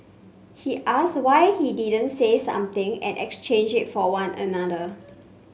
he asked why he didn't say something and exchange for one another